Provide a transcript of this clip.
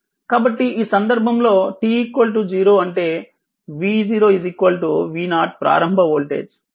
కాబట్టి ఈ సందర్భంలో t 0 అంటే v 0 V0 ప్రారంభ వోల్టేజ్